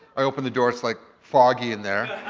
i open the door, it's like, foggy in there.